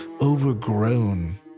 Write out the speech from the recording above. overgrown